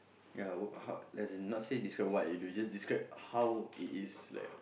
ya I work hard there is nothing describe what you did you can just describe how it is that